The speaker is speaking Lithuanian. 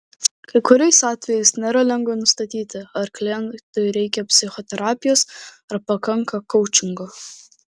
kai kuriais atvejais nėra lengva nustatyti ar klientui reikia psichoterapijos ar pakanka koučingo